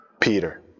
Peter